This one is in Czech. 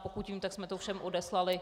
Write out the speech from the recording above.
Pokud vím, tak jsme to všem odeslali.